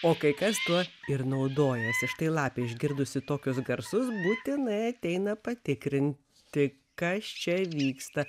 o kai kas tuo ir naudojasi štai lapė išgirdusi tokius garsus būtinai ateina patikrinti kas čia vyksta